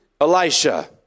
Elisha